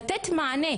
לתת מענה.